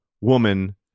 woman